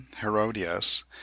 herodias